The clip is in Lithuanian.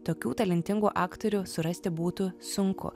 tokių talentingų aktorių surasti būtų sunku